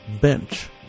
BENCH